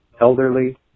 elderly